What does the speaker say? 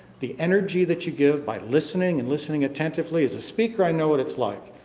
the energy that you give by listening and listening attentively as a speaker, i know what it's like.